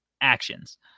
actions